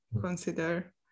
consider